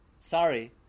Sorry